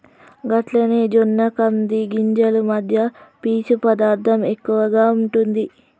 గట్లనే జొన్న కంది గింజలు మధ్య పీచు పదార్థం ఎక్కువగా ఉంటుంది